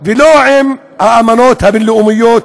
ולא עם האמנות הבין-לאומית,